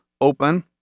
open